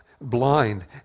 blind